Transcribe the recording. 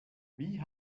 wie